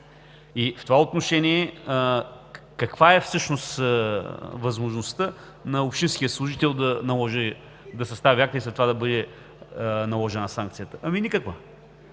В това отношение каква е всъщност възможността на общинския служител да наложи, да състави акт и след това да бъде наложена санкцията? Ами, никаква.